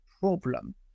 problem